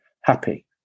happy